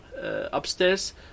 upstairs